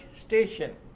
station